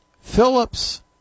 Phillips